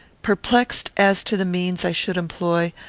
perplexed as to the means i should employ,